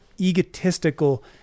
egotistical